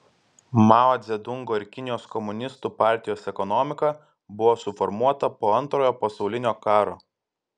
mao dzedungo ir kinijos komunistų partijos ekonomika buvo suformuota po antrojo pasaulinio karo